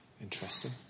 Interesting